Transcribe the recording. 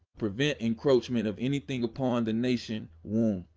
prevent encroachment of anything upon the nation womb.